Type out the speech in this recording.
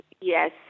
Yes